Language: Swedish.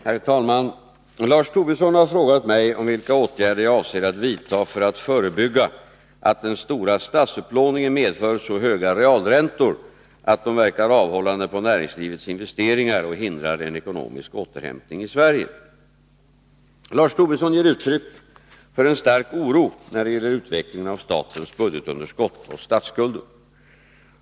Herr talman! Lars Tobisson har frågat mig vilka åtgärder jag avser att vidta för att förebygga att den stora statsupplåningen medför så höga realräntor, att de verkar avhållande på näringslivets investeringar och hindrar en ekonomisk återhämtning i Sverige. Lars Tobisson ger uttryck för en stark oro när det gäller utvecklingen av statens budgetunderskott och statsskulden.